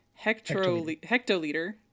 hectoliter